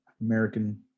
american